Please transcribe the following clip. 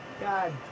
God